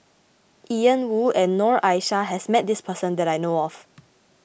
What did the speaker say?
Ian Woo and Noor Aishah has met this person that I know of